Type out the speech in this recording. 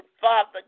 Father